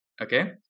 Okay